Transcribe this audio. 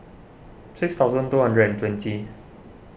six thousand two hundred and twenty